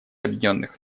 объединенных